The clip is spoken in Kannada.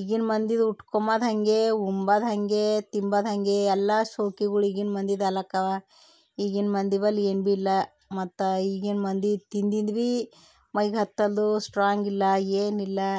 ಈಗಿನ ಮಂದಿದು ಉಟ್ಕೊಂಬಾದು ಹಾಗೇ ಉಂಬಾದು ಹಾಗೇ ತಿಂಬಾದು ಹಾಗೆ ಎಲ್ಲ ಶೋಕಿಗಳು ಈಗಿನ ಮಂದಿದ್ದೆಲಕವ ಈಗಿನ ಮಂದಿ ಬಳಿ ಏನು ಭೀ ಇಲ್ಲ ಮತ್ತು ಈಗಿನ ಮಂದಿ ತಿಂದಿದ್ದು ಭೀ ಮೈಗೆ ಹತ್ತಲ್ದು ಸ್ಟ್ರಾಂಗ್ ಇಲ್ಲ ಏನು ಇಲ್ಲ